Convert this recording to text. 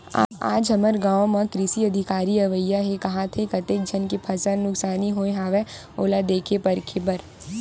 आज हमर गाँव म कृषि अधिकारी अवइया हे काहत हे, कतेक झन के फसल नुकसानी होय हवय ओला देखे परखे बर